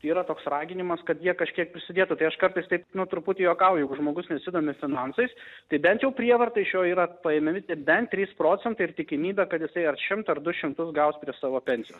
yra toks raginimas kad jie kažkiek prisidėtų tai aš kartais taip nu truputį juokauju jeigu žmogus nesidomi finansais tai bent jau prievarta iš jo yra paimemi tie bent trys procentai ir tikimybė kad jisai ar šimtą ar du šimtus gaus prie savo pensijos